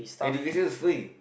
education is free